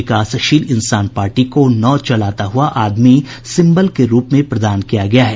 विकासशील इंसान पार्टी को नाव चलाता हुआ आदमी सिम्बल के रूप में प्रदान किया गया है